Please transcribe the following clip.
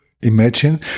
Imagine